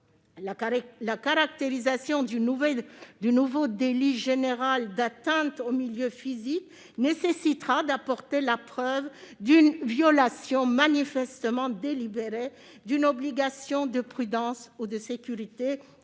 la caractérisation du nouveau délit général d'atteinte aux milieux physiques nécessitera d'apporter la preuve d'une violation manifestement délibérée d'une obligation de prudence ou de sécurité,